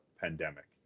pandemic